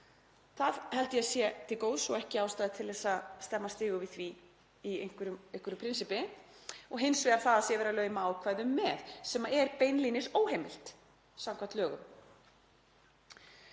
ég held að það sé til góðs og ekki ástæða til að stemma stigu við því í einhverju prinsippi — og hins vegar því að verið sé að lauma ákvæðum með, sem er beinlínis óheimilt samkvæmt lögum.